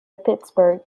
pittsburgh